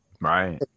Right